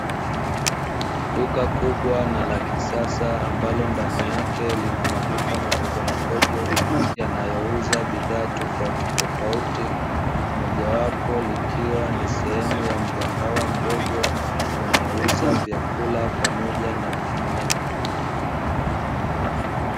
Duka kubwa na la kisasa mbalo ndani yake lina maduka madogo madogo, yanayouza bidhaa tofauti tofauti mojawapo likiwa ni sehemu ya mgahawa mdogo unaouza vyakula pamoja na vinywaji.